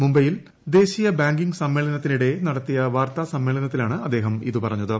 മുംബൈയിൽ ദേശീയ ബാങ്കിംഗ് സമ്മേളനത്തിനിടെ നടത്തിയ വാർത്ത സമ്മേളനത്തിലാണ് അദ്ദേഹം ഇത് പറഞ്ഞത്